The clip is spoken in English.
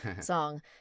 song